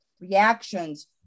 reactions